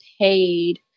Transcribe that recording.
paid